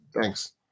Thanks